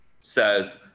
says